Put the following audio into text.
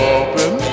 open